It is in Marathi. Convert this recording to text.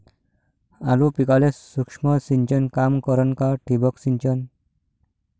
आलू पिकाले सूक्ष्म सिंचन काम करन का ठिबक सिंचन?